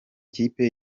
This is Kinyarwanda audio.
kipe